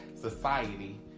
society